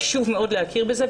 חשוב מאוד להכיר בזה,